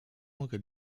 mogę